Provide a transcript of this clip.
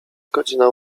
godzina